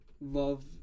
love